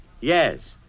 Yes